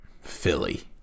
Philly